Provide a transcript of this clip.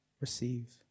receive